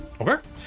Okay